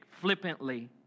flippantly